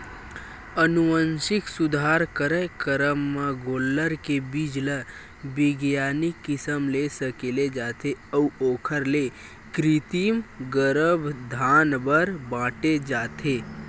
अनुवांसिक सुधार कारयकरम म गोल्लर के बीज ल बिग्यानिक किसम ले सकेले जाथे अउ ओखर ले कृतिम गरभधान बर बांटे जाथे